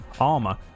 armor